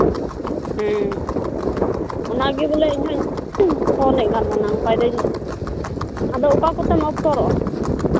ᱦᱮᱸ ᱚᱱᱟᱜᱮ ᱵᱚᱞᱮ ᱤᱧᱦᱚᱧ ᱯᱷᱳᱱᱮᱫ ᱠᱟᱱ ᱛᱟᱦᱮᱱᱟ ᱚᱱᱠᱟᱭ ᱫᱟᱹᱧ ᱚᱠᱟ ᱠᱚᱛᱮᱢ ᱚᱯᱥᱚᱨᱚᱜᱼᱟ